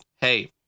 hey